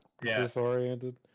Disoriented